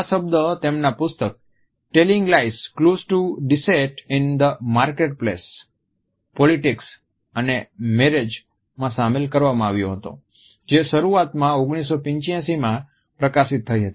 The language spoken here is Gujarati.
આ શબ્દ તેમના પુસ્તક telling lies clues to deceit in the marketplace politics and marriage માં Telling Lies Clues to Deceit in the Marketplace Politics and Marriage સામેલ કરવામાં આવ્યો હતો જે શરૂઆતમાં 1985માં પ્રકાશિત થઈ હતી